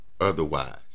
otherwise